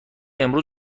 امروز